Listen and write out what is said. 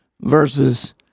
versus